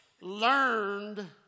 learned